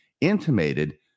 intimated